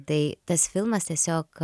tai tas filmas tiesiog